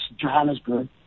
Johannesburg